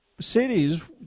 cities